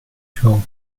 show